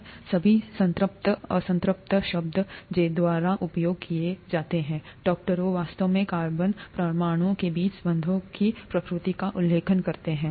ये सभी संतृप्त असंतृप्त शब्द जोद्वारा उपयोग किए जाते हैं डॉक्टरों वास्तव में कार्बन परमाणुओं के बीच बंधों की प्रकृति का उल्लेख करते हैं